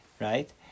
right